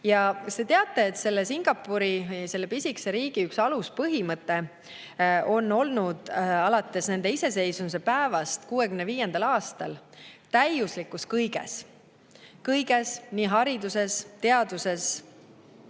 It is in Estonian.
Ja kas te teate, et Singapuri, selle pisikese riigi üks aluspõhimõte on olnud alates nende iseseisvumise päevast 1965. aastal "täiuslikkus kõiges". Kõiges – nii hariduses, teaduses kui